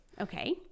Okay